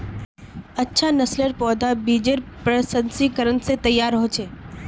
अच्छा नासलेर पौधा बिजेर प्रशंस्करण से तैयार होचे